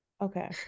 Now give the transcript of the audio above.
Okay